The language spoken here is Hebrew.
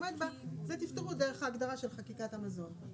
תפתרו דרך ההגדרה של חקיקת המזון.